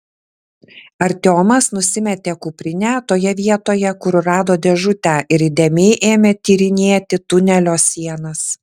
artiomas nusimetė kuprinę toje vietoje kur rado dėžutę ir įdėmiai ėmė tyrinėti tunelio sienas